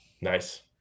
Nice